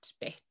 bit